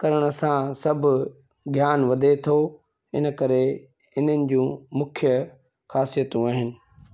करण सां सभु ज्ञान वधे थो इन करे इन्हनि जूं मुख्य ख़ासियतूं आहिनि